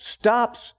stops